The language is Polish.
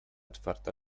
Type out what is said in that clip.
czwarta